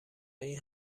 این